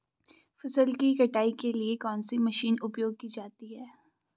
फसल की कटाई के लिए कौन सी मशीन उपयोग की जाती है?